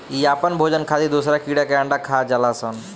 इ आपन भोजन खातिर दोसरा कीड़ा के अंडा खा जालऽ सन